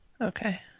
Okay